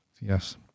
yes